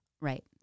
Right